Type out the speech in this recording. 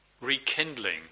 rekindling